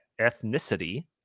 ethnicity